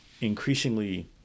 increasingly